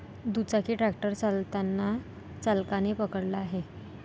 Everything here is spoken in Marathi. दुचाकी ट्रॅक्टर चालताना चालकाने पकडला आहे